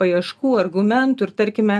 paieškų argumentų ir tarkime